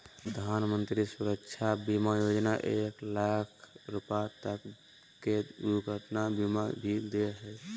प्रधानमंत्री सुरक्षा बीमा योजना एक लाख रुपा तक के दुर्घटना बीमा भी दे हइ